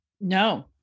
No